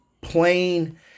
plain